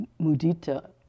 mudita